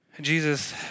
Jesus